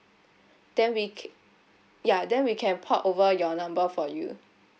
then we can ya then we can port over your number for you